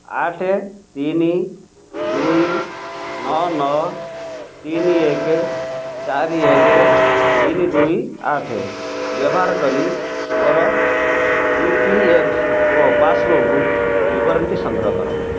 ଆଠ ତିନି ଦୁଇ ନଅ ନଅ ତିନି ଏକ ଚାରି ଏକ ତିନି ଦୁଇ ଆଠ ବ୍ୟବହାର କରି ମୋର E P F O passbook ବିବରଣୀଟି ସଂଗ୍ରହ କର